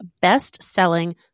best-selling